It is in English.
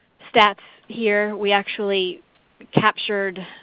stats here. we actually captured,